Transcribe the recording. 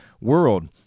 world